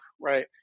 right